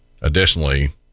Additionally